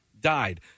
died